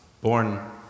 born